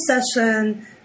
session